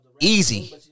easy